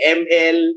ml